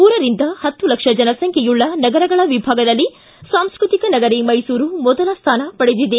ಮೂರರಿಂದ ಪತ್ತು ಲಕ್ಷ ಜನಸಂಖ್ಯೆಯುಳ್ಳ ನಗರಗಳ ವಿಭಾಗದಲ್ಲಿ ಸಾಂಸ್ಟ್ರತಿಕ ನಗರಿ ಮೈಸೂರು ಮೊದಲ ಸ್ಥಾನ ಪಡೆದಿದೆ